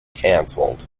cancelled